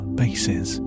bases